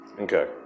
Okay